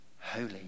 holy